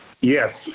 Yes